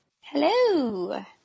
Hello